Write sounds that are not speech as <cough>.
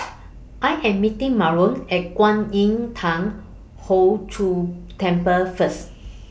<noise> I Am meeting Marlon At Kwan Im Thong Hood Cho Temple First